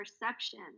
perception